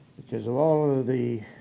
because of all of the